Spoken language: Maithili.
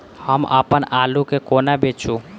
हम अप्पन आलु केँ कोना बेचू?